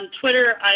Twitter